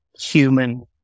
human